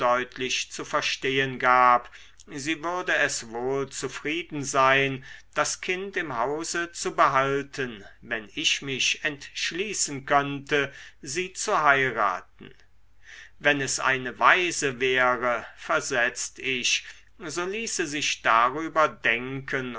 zu verstehen gab sie würde es wohl zufrieden sein das kind im hause zu behalten wenn ich mich entschließen könnte sie zu heiraten wenn es eine waise wäre versetzt ich so ließe sich darüber denken